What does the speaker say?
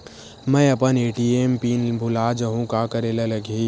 मैं अपन ATM PIN भुला जहु का करे ला लगही?